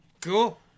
Cool